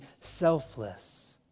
selfless